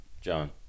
john